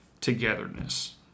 togetherness